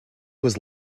was